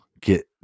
get